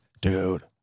dude